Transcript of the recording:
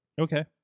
Okay